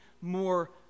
more